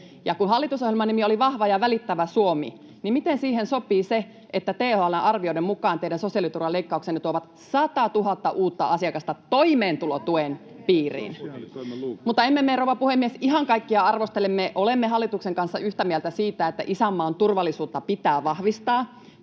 Ja kun hallitusohjelman nimi oli ”Vahva ja välittävä Suomi”, niin miten siihen sopii se, että THL:n arvioiden mukaan teidän sosiaaliturvaleikkauksenne tuovat 100 000 uutta asiakasta toimeentulotuen piiriin? [Aino-Kaisa Pekosen välihuuto] Mutta emme me, rouva puhemies, ihan kaikkea arvostele. Me olemme hallituksen kanssa yhtä mieltä siitä, että isänmaan turvallisuutta pitää vahvistaa,